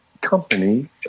company